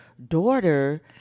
daughter